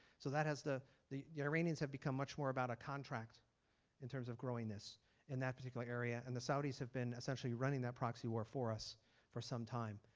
so that has the the iranians have become much more about a contract in terms of growing this in that particular area and the saudis have been essentially running that proxy war for us for some time.